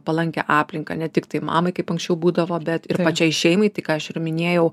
palankią aplinką ne tiktai mamai kaip anksčiau būdavo bet ir pačiai šeimai tai ką aš ir minėjau